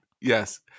Yes